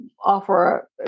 offer